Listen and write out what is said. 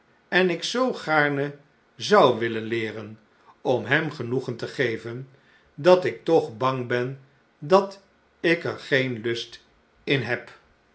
en ik zoo gaarne zou willen leeren om hem genoegen te geven dat ik toch bang ben dat ik er geen lust in heb